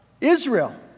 Israel